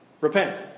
Repent